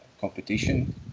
competition